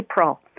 April